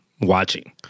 watching